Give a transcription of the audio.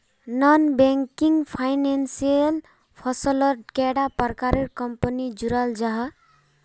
Non banking financial फसलोत कैडा प्रकारेर कंपनी जुराल जाहा?